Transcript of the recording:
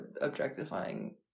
objectifying